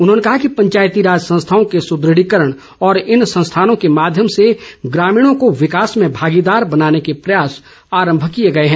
उन्होंने कहा कि पंचायतीराज संस्थाओं के सुदृढ़ीकरण और इन संस्थानों के माध्यम से ग्रामीणों को विकास में भागीदार बनाने के प्रयास आरम्म किए गए हैं